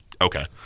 Okay